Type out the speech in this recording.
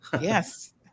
Yes